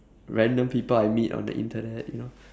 random people I meet on the internet you know